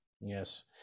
Yes